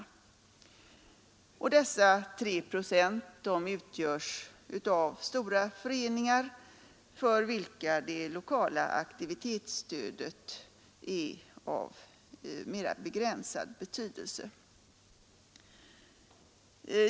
Dessa 3 procent utgörs av stora föreningar, för vilka det lokala aktivitetsstödet är av mera begränsad betydelse.